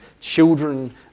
children